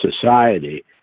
Society